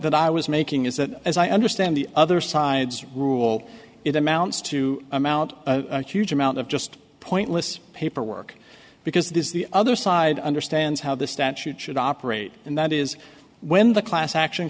that i was making is that as i understand the other side's rule it amounts to amount a huge amount of just pointless paperwork because this is the other side understands how the statute should operate and that is when the class action